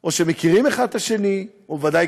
או מכירים אחד את השני, או ודאי